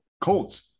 Colts